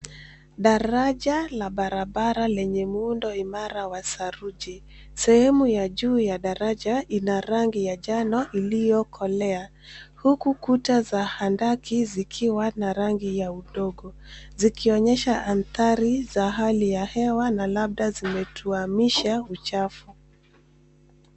Daraja la barabara yenye muundo imara wa saruji. Sehemu ya juu ya daraja ina rangi ya njano iliyokolea, huku kuta za handaki zikiwa na rangi ya udongo, zikionyesha athari za hali ya hewa na labda zimetuamisha uchafu.